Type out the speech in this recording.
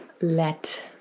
let